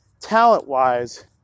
talent-wise